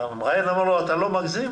המראיין אמר לו: אתה לא מגזים?